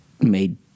made